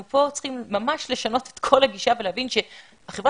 אנחנו פה צריכים ממש לשנות את כל הגישה ולהבין שהחברה